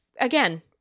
again